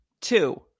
Two